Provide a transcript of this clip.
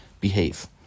behave